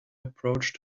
approached